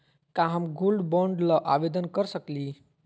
का हम gold bond ल आवेदन कर सकली?